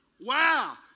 Wow